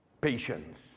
Patience